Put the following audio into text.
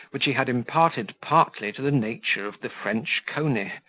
which he had imparted partly to the nature of the french covey,